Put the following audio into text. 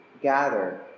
gather